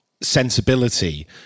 sensibility